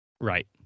Right